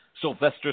Sylvester